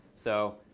so